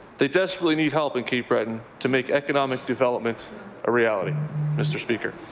they desperately need help in cape breton to make economic development a reality mr. speaker.